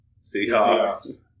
Seahawks